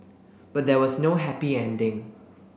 but there was no happy ending